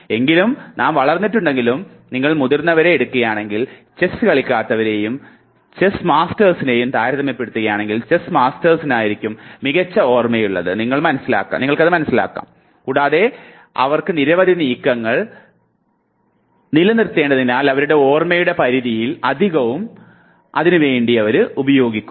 എങ്കിലും നാം വളർന്നിട്ടുണ്ടെങ്കിലും നിങ്ങൾ മുതിർന്നവരെ എടുക്കുകയാണെങ്കിൽ ചെസ്സ് കളിക്കാത്തവരെയും ചെസ്സ് മാസ്റ്റേഴ്സിനെയും താരതമ്യപ്പെടുത്തുകയാണെങ്കിൽ ചെസ്സ് മാസ്റ്റേഴ്സിനായിരിക്കും മികച്ച ഓർമ്മയുള്ളതെന്ന് നിങ്ങൾ മനസ്സിലാക്കും കൂടാതെ അവർക്ക് നിരവധി നീക്കങ്ങൾ നിലനിർത്തേണ്ടതിനാൽ അവരുടെ ഓർമ്മയുടെ പരിധിയിൽ അധികവും എന്തിനും ഉപയോഗിക്കുന്നു